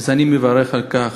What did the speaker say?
אז אני מברך על כך.